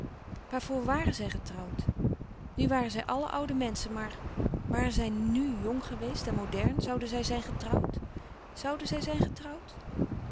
waarvoor wàren zij getrouwd nu waren zij allen oude menschen maar waren zij nù jong geweest en modern zouden zij zijn getrouwd zouden zij zijn getrouwd